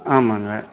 ஆமாங்க